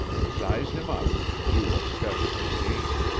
size him up and do what's best for jane.